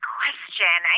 question